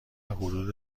حدود